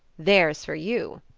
there's for you.